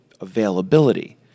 availability